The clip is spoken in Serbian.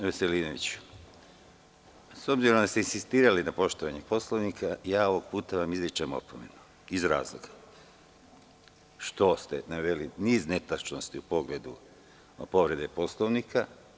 Gospodine Veselinoviću, s obzirom da ste insistirali na poštovanje Poslovnika, ovog puta vam izričem opomenu iz razloga što ste naveli niz netačnosti u pogledu povrede Poslovnika.